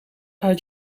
uit